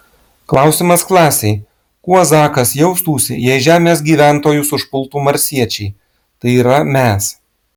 klausimas klasei kuo zakas jaustųsi jei žemės gyventojus užpultų marsiečiai tai yra mes